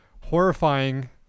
horrifying